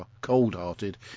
cold-hearted